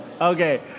Okay